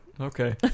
Okay